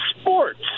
Sports